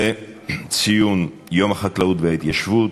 למרות תנאי האקלים הקשים,